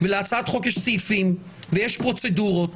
ולהצעת חוק יש סעיפים ויש פרוצדורות,